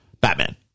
batman